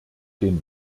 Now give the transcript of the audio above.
den